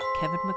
Kevin